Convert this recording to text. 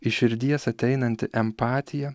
iš širdies ateinanti empatija